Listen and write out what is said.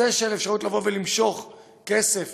האפשרות לבוא ולמשוך כסף